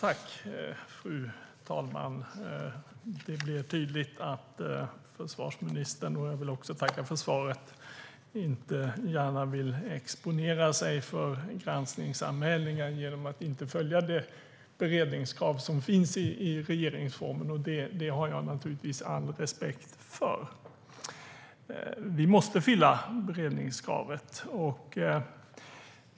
Fru talman! Jag vill tacka för svaret. Det blir tydligt att försvarsministern inte gärna vill exponera sig för granskningsanmälningar genom att inte följa det beredningskrav som finns i regeringsformen, och det har jag naturligtvis all respekt för. Vi måste uppfylla beredningskravet.